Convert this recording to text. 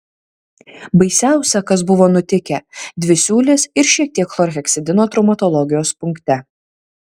baisiausia kas buvo nutikę dvi siūlės ir šiek tiek chlorheksidino traumatologijos punkte